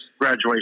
graduation